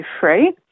free